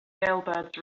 jailbirds